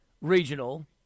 regional